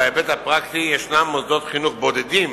בהיבט הפרקטי יש מוסדות חינוך בודדים